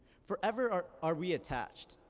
forever are are we attached.